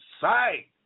sight